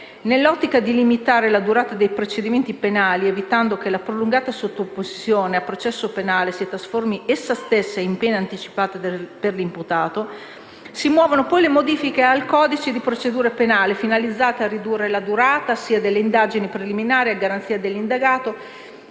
Nell'ottica di limitare la durata dei procedimenti penali, evitando che la prolungata sottoposizione a processo penale si trasformi essa stessa in pena anticipata per l'imputato, si muovono poi le modifiche al codice di procedura penale finalizzate a ridurre la durata sia delle indagini preliminari, a garanzia dell'indagato,